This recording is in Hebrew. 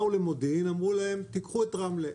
באו למודיעין, אמרו להם: קחו את רמלה.